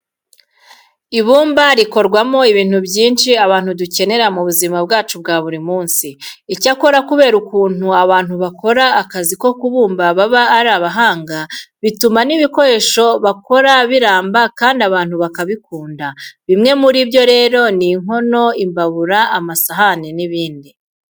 Ibumba rikorwamo ibintu byinshi abantu dukenera mu bizima bwacu bwa buri munsi. Icyakora kubera ukuntu abantu bakora akazi ko kubumba baba ari abahanga, bituma n'ibikoresho bakora biramba kandi abantu bakabikunda. Bimwe muri byo rero ni inkono, imbabura, amasahane n'ibindi.